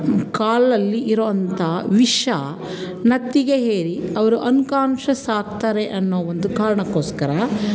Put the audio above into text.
ಕಾಲಲ್ಲಿ ಇರುವಂಥ ವಿಷ ನೆತ್ತಿಗೆ ಏರಿ ಅವರು ಅನ್ಕೋಂಶಸ್ ಆಗ್ತಾರೆ ಅನ್ನೋ ಒಂದು ಕಾರಣಕ್ಕೋಸ್ಕರ